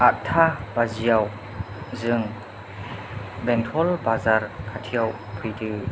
आदथा बाजियाव जों बेंथल बाजार खाथियाव फैदो